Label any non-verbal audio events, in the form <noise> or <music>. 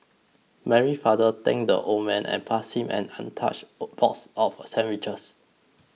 Mary's father thanked the old man and passed him an untouched <hesitation> box of sandwiches